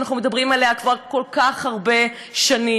שאנחנו מדברים עליה כבר כל כך הרבה שנים.